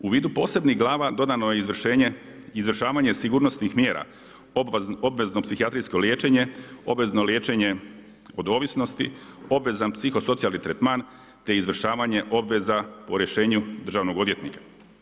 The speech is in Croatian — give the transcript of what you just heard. U vidu posebnih glava, dodano je izvršavanje sigurnosnih mjera, obvezno psihijatrijsko liječenje, obvezno liječenje od ovisnosti, obvezan psihosocijalni tretman te izvršavanje obveza po rješenju državnog odvjetnika.